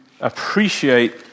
appreciate